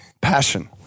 passion